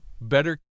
better